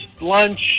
lunch